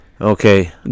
Okay